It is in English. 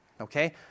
Okay